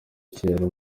ikiraro